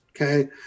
Okay